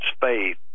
faith